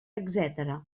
etc